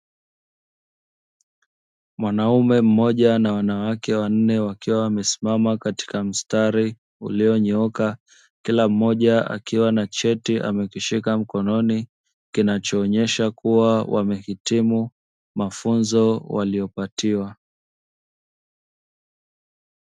mwanaume mmoja na wanawake wanne wakiwa wamesimama katika mstari ulionyooka ,kila mmoja akiwa na cheti amekishika mkononi ,kinachoonyesha kuwa wamehitimu mafunzo waliyopatiwa .